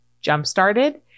jump-started